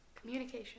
Communication